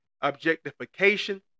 objectification